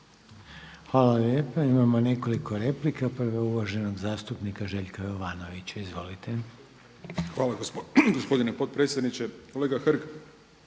Hvala lijepa. Imamo nekoliko replika. Prva je uvaženog zastupnika Željka Jovanovića. Izvolite. **Jovanović, Željko